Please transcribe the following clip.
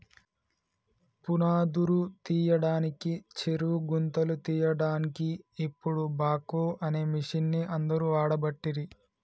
పునాదురు తీయడానికి చెరువు గుంతలు తీయడాన్కి ఇపుడు బాక్వో అనే మిషిన్ని అందరు వాడబట్టిరి